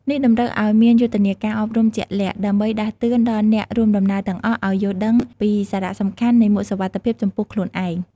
នេះតម្រូវឱ្យមានយុទ្ធនាការអប់រំជាក់លាក់ ដើម្បីដាស់តឿនដល់អ្នករួមដំណើរទាំងអស់ឱ្យយល់ដឹងពីសារៈសំខាន់នៃមួកសុវត្ថិភាពចំពោះខ្លួនឯង។